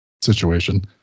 situation